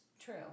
true